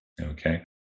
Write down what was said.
okay